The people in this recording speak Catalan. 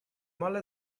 mala